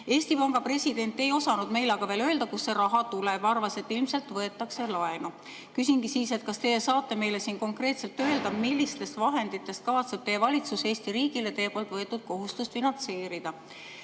Eesti Panga president ei osanud meile aga veel öelda, kust see raha tuleb, ja arvas, et ilmselt võetakse laenu. Küsingi, kas te saate meile siin konkreetselt öelda, millistest vahenditest kavatseb teie valitsus Eesti riigile teie poolt võetud kohustust finantseerida.